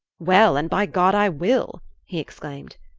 well and by god i will! he exclaimed.